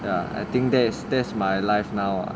ya I think that is that is my life now ah